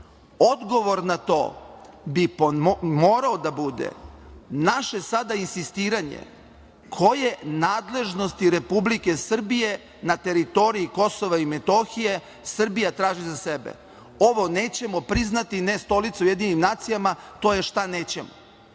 Odgovor na to bi morao da bude naše sada insistiranje koje nadležnosti Republike Srbije na teritoriji Kosova i Metohije Srbija traži za sebe. Ovo nećemo priznati, ne stolicu u UN, to je šta nećemo.